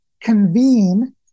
convene